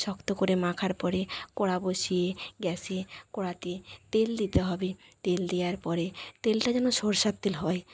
শক্ত করে মাখার পরে কড়া বসিয়ে গ্যাসে কড়াতে তেল দিতে হবে তেল দেওয়ার পরে তেলটা যেন সর্ষের তেল হয়